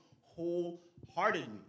wholeheartedly